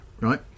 right